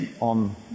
on